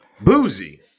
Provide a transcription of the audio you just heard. Boozy